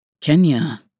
Kenya